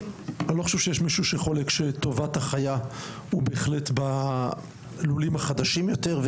אני לא חושב שיש מישהו שחולק שטובת החיה היא בהחלט בלולים החדשים יותר.